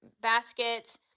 baskets